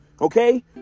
okay